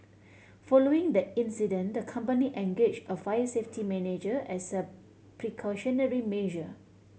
following that incident the company engage a fire safety manager as a precautionary measure